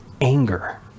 anger